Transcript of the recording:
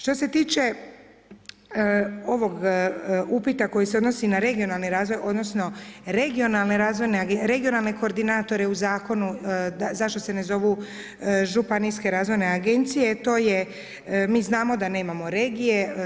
Što se tiče ovoga upita koji se odnosi na regionalni razvoj odnosno regionalne razvojne agencije, regionalne koordinatore u zakonu, zašto se ne zovu županijske razvojne agencije to je mi znamo da nemamo regije.